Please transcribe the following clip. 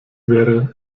wäre